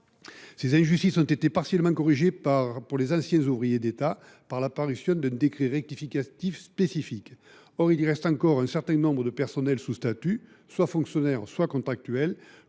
Ces injustices ont été partiellement corrigées, pour les anciens ouvriers d’État, par la parution d’un décret rectificatif spécifique. Toutefois, il reste encore un certain nombre de personnels sous statut, fonctionnaires ou contractuels,